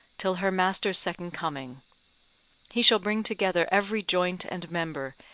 till her master's second coming he shall bring together every joint and member,